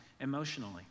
emotionally